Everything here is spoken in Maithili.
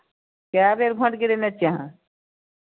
कए बेर भोट गिरेने छियै अहाँ